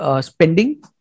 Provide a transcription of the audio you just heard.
spending